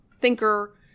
thinker